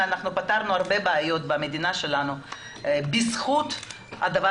פתרנו הרבה בעיות במדינה שלנו בזכות הדבר